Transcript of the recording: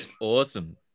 awesome